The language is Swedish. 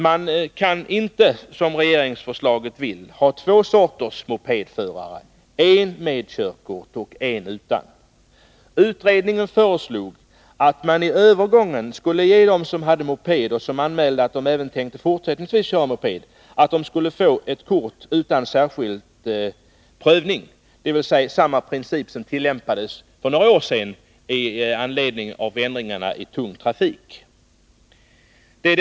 Man kan inte, som regeringen föreslår, ha två sorters mopedförare, en med körkort och en utan. Utredningen föreslog att man vid övergången skulle ge dem som har moped och som anmäler att de även fortsättningsvis tänker köra moped ett körkort utan särskild prövning, dvs. samma princip som tillämpades för några år sedan med anledning av ändringarna när det gäller tung trafik.